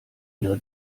ihre